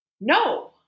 no